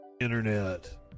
internet